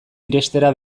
irenstera